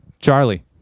Charlie